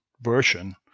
version